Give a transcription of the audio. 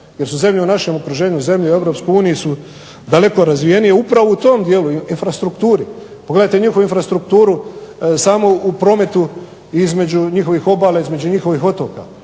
jer su zemlje u našem okruženju, zemlje u Europskoj uniji su daleko razvijenije upravo u tom dijelu, infrastrukturi. Pogledajte njihovu infrastrukturu samo u prometu između njihovih obala, između njihovih otoka.